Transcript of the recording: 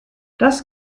das